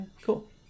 Cool